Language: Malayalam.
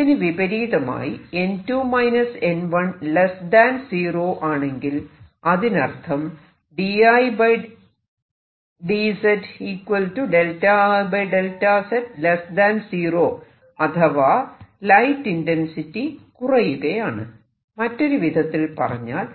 ഇതിനു വിപരീതമായി 0 ആണെങ്കിൽ അതിനർത്ഥം അഥവാ ലൈറ്റ് ഇന്റെൻസിറ്റി കുറയുകയാണ് മറ്റൊരുവിധത്തിൽ പറഞ്ഞാൽ